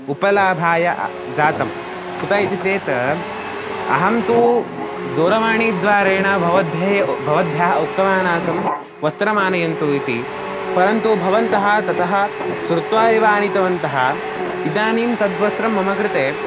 उपलाभाय जातं कुत इति चेत् अहं तु दूरवाणीद्वारेण भवद्भ्ये भवद्भ्यः उक्तवान् आसं वस्त्रम् आनयन्तु इति परन्तु भवन्तः ततः श्रुत्वा एव आनीतवन्तः इदानीं तद्वस्त्रं मम कृते